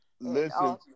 Listen